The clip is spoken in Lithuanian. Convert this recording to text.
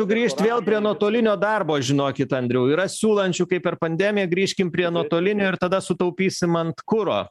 sugrįžti vėl prie nuotolinio darbo žinokit andriau yra siūlančių kaip per pandemiją grįžkim prie nuotolinio ir tada sutaupysim ant kuro